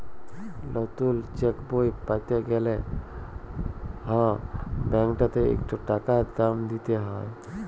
লতুল চ্যাকবই প্যাতে গ্যালে হুঁ ব্যাংকটতে ইকট টাকা দাম দিতে হ্যয়